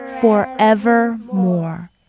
forevermore